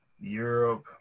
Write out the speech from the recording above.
Europe